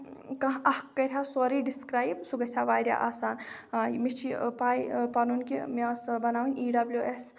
کانٛہہ اکھ کَرِہا سورُے ڈِسکرایب سُہ گژھِ ہا واریاہ آسان مےٚ چھِ پاے پَنُن کہِ مےٚ ٲسۍ بَناوٕنۍ ای ڈبلیو ایس